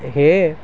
সেয়ে